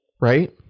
right